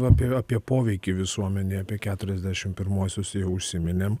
apie apie poveikį visuomenei apie keturiasdešimt pirmuosius jau užsiminėm